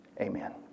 amen